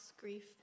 grief